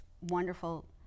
wonderful